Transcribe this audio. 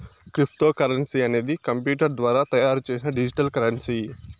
cryptocurrency అనేది computer ద్వారా తయారు చేసిన డిజిటల్ కరెన్సీ